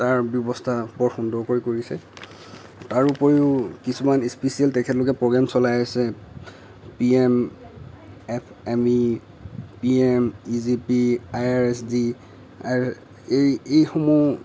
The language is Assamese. তাৰ ব্যৱস্থা বৰ সুন্দৰকৈ কৰিছে তাৰ উপৰিও কিছুমান স্পেচিয়েল তেখেতসকলে প্ৰগেম চলাই আছে B M F M E E M E G P I R S D R এইসমূহ